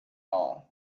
all